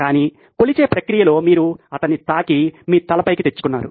కానీ కొలిచే ప్రక్రియలో మీరు అతన్ని తాకి మీ తలపైకి తెచ్చుకున్నారు